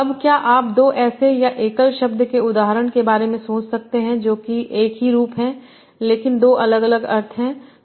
अब क्या आप दो ऐसे या एकल शब्द के उदाहरण के बारे में सोच सकते हैं जो एक ही रूप हैं लेकिन दो अलग अलग अर्थ हैं